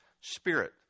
Spirit